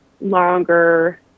longer